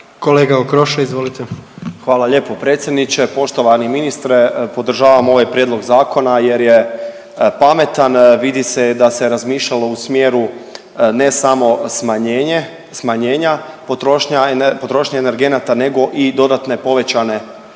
**Okroša, Tomislav (HDZ)** Hvala lijepo predsjedniče. Poštovani ministre, podržavam ovaj prijedlog zakona jer je pametan, vidi se da se razmišljalo u smjeru ne samo smanjenje, smanjenja potrošnje energenata nego i dodatne povećane